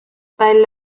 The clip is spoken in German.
bei